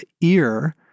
ear